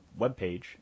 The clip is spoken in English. webpage